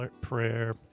Prayer